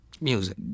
Music